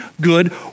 good